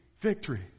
victory